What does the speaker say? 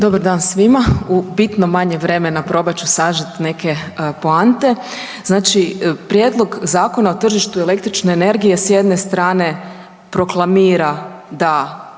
Dobar dan svima u bitno manje vremena probat ću sažeti neke poante. Znači Prijedlog Zakona o tržištu električne energije s jedne strane proklamira da